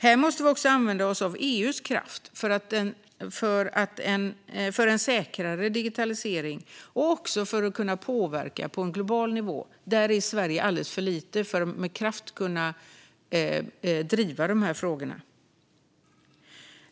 Här måste vi också använda oss av EU:s kraft för en säkrare digitalisering och för att kunna påverka på global nivå. Där är Sverige alldeles för litet för att med kraft kunna driva dessa frågor.